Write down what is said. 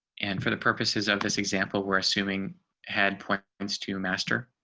and for the purposes of this example we're assuming had points points to master.